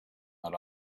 that